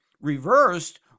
reversed